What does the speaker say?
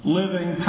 living